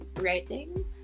writing